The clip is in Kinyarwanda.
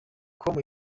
com